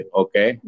okay